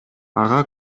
ага